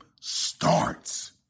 starts